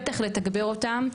בטח לתגבר אותם.